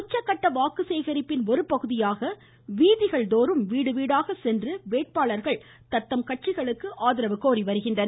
உச்சகட்ட வாக்கு சேகரிப்பின் ஒருபகுதியாக வீதிகள் தோறும் வீடுவீடாக சென்று தத்தம் கட்சிகளுக்கு ஆதரவு கோரி வருகின்றனர்